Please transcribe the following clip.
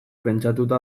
pentsatuta